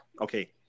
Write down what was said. Okay